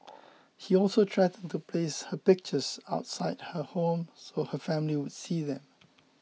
he also threatened to place her pictures outside her home so her family would see them